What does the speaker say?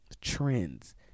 trends